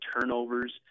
turnovers